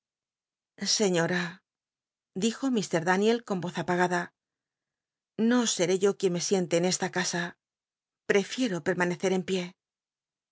señora dijo mr daniel con voz apagada no seré yo quien me sien te en esla casa prefiero pel'maneccr en pié